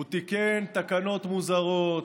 הוא תיקן תקנות מוזרות,